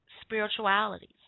spiritualities